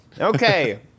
Okay